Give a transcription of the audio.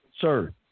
sir